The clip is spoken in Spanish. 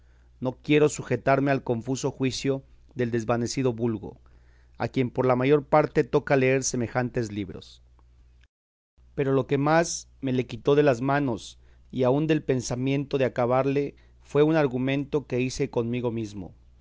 no quiero sujetarme al confuso juicio del desvanecido vulgo a quien por la mayor parte toca leer semejantes libros pero lo que más me le quitó de las manos y aun del pensamiento de acabarle fue un argumento que hice conmigo mesmo